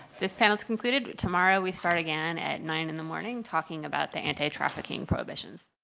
this panel is concluded. tomorrow, we start again at nine in the morning talking about the anti-trafficking prohibitions.